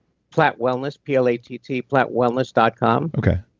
plattwellness. p l a t t. plattwellness dot com.